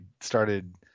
started